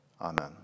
Amen